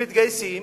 שמתגייסים